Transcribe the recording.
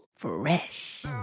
fresh